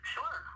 Sure